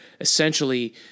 essentially